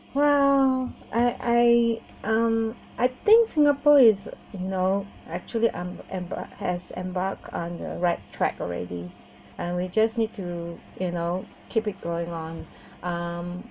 !wah! I I um I think singapore is no actually I'm em~ has embarked on the right track already and we just need to you know keep it going on um